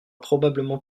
probablement